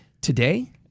Today